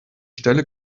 stelle